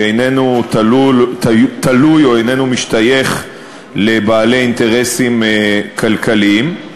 שאינו תלוי או איננו משתייך לבעלי אינטרסים כלכליים.